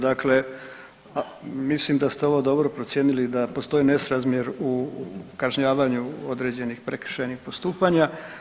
Dakle, mislim da ste ovo dobro procijenili da postoji nesrazmjer u kažnjavanju određenih prekršajnih postupanja.